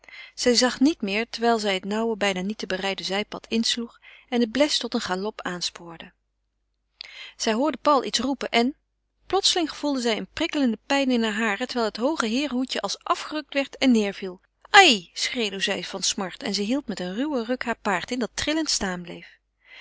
zij zag niet meer terwijl zij het nauwe bijna niet te berijden zijpad insloeg en den bles tot een galop aanspoorde zij hoorde paul iets roepen en plotseling gevoelde zij een prikkelende pijn in heure haren terwijl het hooge heerenhoedje als afgerukt werd en neêrviel ai schreeuwde zij van smart en zij hield met een ruwen ruk haar paard in dat trillend staan bleef